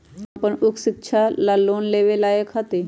हम अपन उच्च शिक्षा ला लोन लेवे के लायक हती?